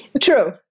True